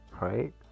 right